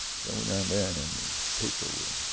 i went down there and people were,